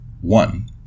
One